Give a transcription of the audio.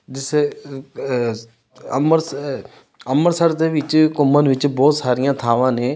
ਜਿਸ ਅਸ ਅੰਮਰਸ ਅੰਮ੍ਰਿਤਸਰ ਦੇ ਵਿੱਚ ਘੁੰਮਣ ਵਿੱਚ ਬਹੁਤ ਸਾਰੀਆਂ ਥਾਵਾਂ ਨੇ